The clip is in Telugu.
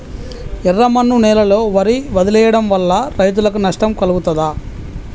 ఎర్రమన్ను నేలలో వరి వదిలివేయడం వల్ల రైతులకు నష్టం కలుగుతదా?